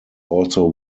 also